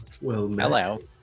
Hello